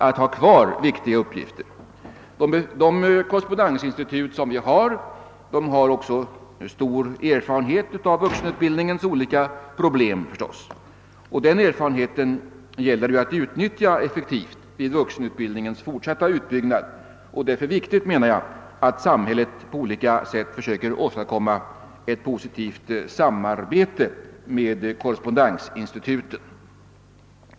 De korrespondensinstitut som finns har också stor erfarenhet av vuxenutbildningens olika problem, och den erfarenheten gäller det att utnyttja effektivt vid vuxenutbildningens fortsatta utbyggnad. Därför är det enligt min uppfattning viktigt att samhället på olika sätt söker åstadkomma ett positivt samarbete med korrespondensinstituten.